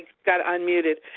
got unmuted.